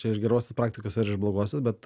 čia iš gerosios praktikos ar iš blogosios bet